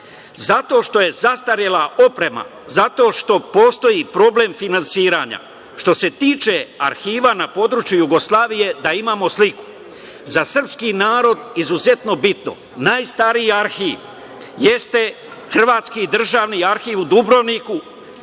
zato što je zastarela oprema, zato što postoji problem finansiranja. Što se tiče arhiva na području Jugoslavije, da imamo sliku. Za srpski narod izuzetno bitan najstariji arhiv jeste Hrvatski državni arhiv u Dubrovniku,